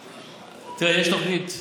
תראה, יש תוכנית פראוור,